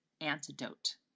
antidote